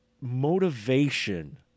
motivation